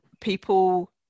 People